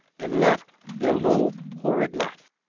and laughed their low horrid laugh.